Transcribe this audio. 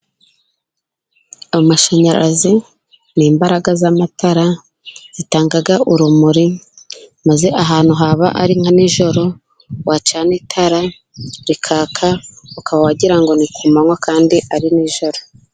Amashanyarazi n'imbaraga z'amatara zitangaga urumuri maze ahantu haba ari nka nijoro wacana itara rikaka ukaba wagira ngo ni ku manywa kandi ari nijoro